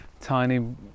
Tiny